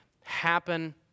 happen